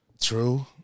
True